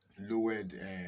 lowered